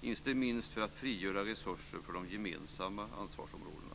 inte minst för att frigöra resurser till de gemensamma ansvarsområdena.